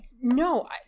No